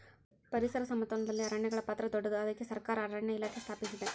ಪರಿಸರ ಸಮತೋಲನದಲ್ಲಿ ಅರಣ್ಯಗಳ ಪಾತ್ರ ದೊಡ್ಡದು, ಅದಕ್ಕೆ ಸರಕಾರ ಅರಣ್ಯ ಇಲಾಖೆ ಸ್ಥಾಪಿಸಿದೆ